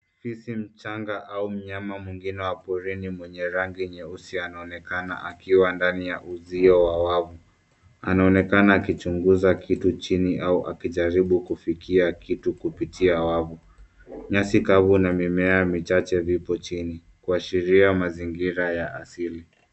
Fisi mchanga au mnyama mwingine wa porini mwenye rangi nyeusi anaonekana akiwa ndani ya uzio wa wavu. Anaonekena akichunguza kitu chini au akijaribu kufikia kitu kupitia wavu. Nyasi kavu na mimea michache vipo chini kuashiria mazingira ya asili.